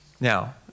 Now